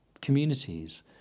communities